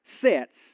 sets